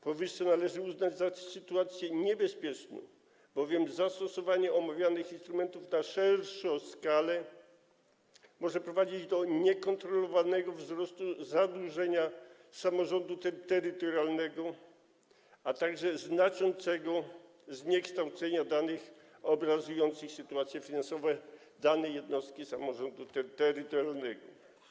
Powyższe należy uznać za sytuację niebezpieczną, bowiem zastosowanie omawianych instrumentów na szerszą skalę może prowadzić do niekontrolowanego wzrostu zadłużenia samorządu terytorialnego, a także znaczącego zniekształcenia danych obrazujących sytuacją finansową danej jednostki samorządu terytorialnego.